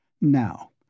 Now